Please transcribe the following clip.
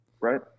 Right